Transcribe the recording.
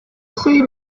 see